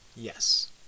Yes